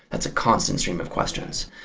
that's a constant stream of questions.